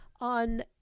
on